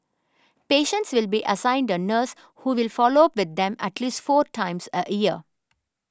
patients will be assigned a nurse who will follow up with them at least four times a year